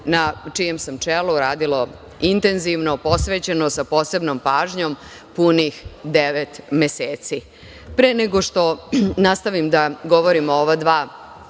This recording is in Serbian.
na čijem sam čelu, radilo intenzivno, posvećeno, sa posebnom pažnjom, punih devet meseci. Pre nego što nastavim da govorim o ova dva